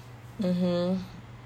mmhmm